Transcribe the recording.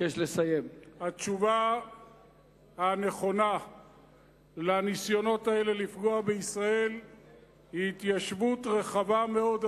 התשובה הנכונה לניסיונות האלה לפגוע בישראל היא התיישבות רחבה מאוד,